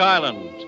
Island